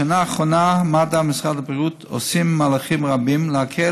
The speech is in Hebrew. בשנה האחרונה עושים מד"א ומשרד הבריאות מהלכים רבים להקל